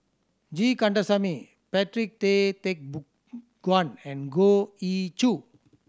G Kandasamy Patrick Tay Guan and Goh Ee Choo